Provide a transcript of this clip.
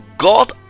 god